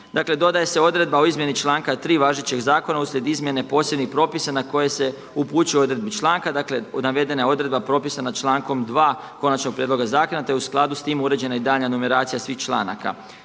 dodaje se odredba o izmjeni članka 3. važećeg zakona uslijed izmjene posebnih propisa na koje se upućuje u odredbi članka. Dakle, navedena je odredba propisana člankom 2. konačnog prijedloga zakona te u skladu s tim uređena i daljnja numeracija svih članaka.